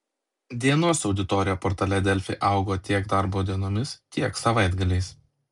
dienos auditorija portale delfi augo tiek darbo dienomis tiek savaitgaliais